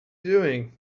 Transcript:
doing